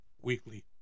Weekly